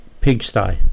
pigsty